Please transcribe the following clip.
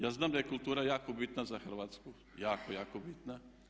Ja znam da je kultura jako bitna za Hrvatsku, jako jako bitna.